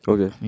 Okay